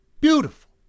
beautiful